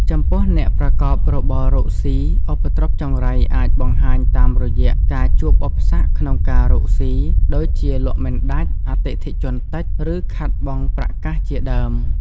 ចំពោះអ្នកប្រកបរបររកស៊ី ឧបទ្រពចង្រៃអាចបង្ហាញតាមរយៈការជួបឧបសគ្គក្នុងការរកស៊ី ដូចជាលក់មិនដាច់ អតិថិជនតិច ឬខាតបង់ប្រាក់កាសជាដើម។